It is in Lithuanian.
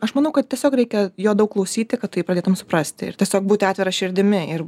aš manau kad tiesiog reikia jo daug klausyti kad tu jį pradėtum suprasti ir tiesiog būti atvira širdimi ir